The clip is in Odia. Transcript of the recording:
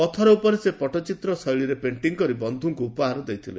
ପଥର ଉପରେ ସେ ପଟଚିତ୍ର ଶୈଳୀରେ ପେଣ୍ଟିଂ କରି ସେ ବନ୍ଧୁଙ୍କୁ ଉପହାର ଦେଇଥିଲେ